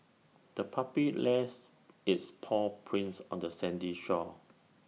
the puppy lets its paw prints on the sandy shore